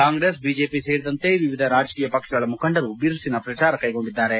Congress BJP ಸೇರಿದಂತೆ ವಿವಿಧ ರಾಜಕೀಯ ಪಕ್ಷಗಳ ಮುಖಂಡರು ಬಿರುಸಿನ ಪ್ರಚಾರ ಕೈಗೊಂಡಿದ್ದಾರೆ